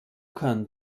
kann